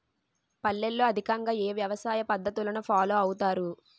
పల్లెల్లో అధికంగా ఏ వ్యవసాయ పద్ధతులను ఫాలో అవతారు?